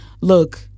look